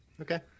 Okay